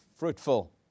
Fruitful